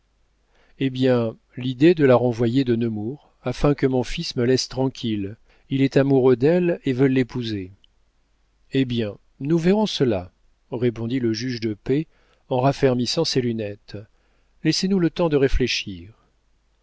eh bien l'idée de la renvoyer de nemours afin que mon fils me laisse tranquille il est amoureux d'elle et veut l'épouser eh bien nous verrons cela répondit le juge de paix en raffermissant ses lunettes laissez-nous le temps de réfléchir